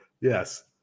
Yes